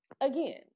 again